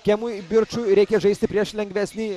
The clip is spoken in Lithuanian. kemui birčui reikia žaisti prieš lengvesnį